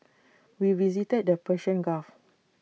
we visited the Persian gulf